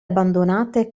abbandonate